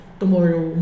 tomorrow